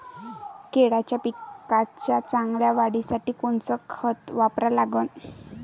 केळाच्या पिकाच्या चांगल्या वाढीसाठी कोनचं खत वापरा लागन?